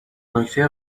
نکته